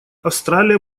австралия